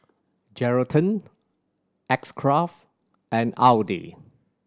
Geraldton X Craft and Audi